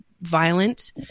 violent